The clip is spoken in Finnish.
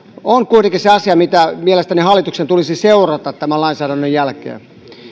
ovat se asia mitä mielestäni hallituksen tulisi seurata tämän lainsäädännön jälkeen